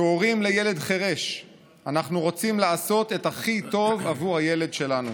כהורים לילד חירש אנחנו רוצים לעשות את הכי טוב עבור הילד שלנו.